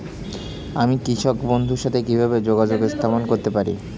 আমি কৃষক বন্ধুর সাথে কিভাবে যোগাযোগ স্থাপন করতে পারি?